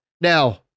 Now